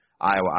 Iowa